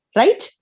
right